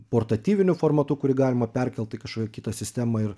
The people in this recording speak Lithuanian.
portatyviniu formatu kurį galima perkelt į kitą sistemą ir